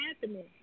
happening